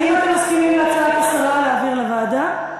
האם אתם מסכימים להצעת השרה להעביר לוועדה?